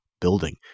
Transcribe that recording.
building